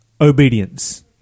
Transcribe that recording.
obedience